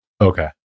Okay